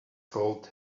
called